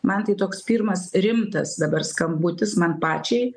man tai toks pirmas rimtas dabar skambutis man pačiai